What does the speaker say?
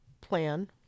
plan